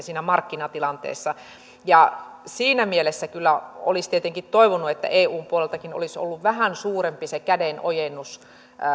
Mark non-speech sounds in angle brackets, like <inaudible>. <unintelligible> siinä markkinatilanteessa siinä mielessä kyllä olisi tietenkin toivonut että eun puoleltakin olisi ollut vähän suurempi se kädenojennus